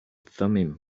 thummim